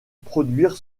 produire